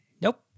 Nope